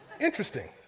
interesting